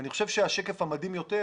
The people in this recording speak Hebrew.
אני חושב שהשקף המדהים יותר,